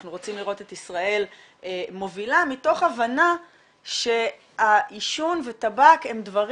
אנחנו רוצים לראות את ישראל מובילה מתוך ההבנה שהעישון וטבק הם דברים,